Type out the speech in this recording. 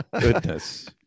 Goodness